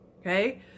Okay